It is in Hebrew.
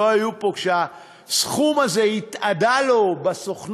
היו פה כשהסכום הזה התאדה לו בסוכנות,